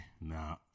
No